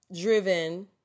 driven